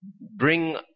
bring